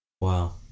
Wow